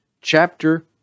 chapter